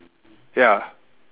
ya